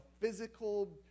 physical